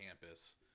campus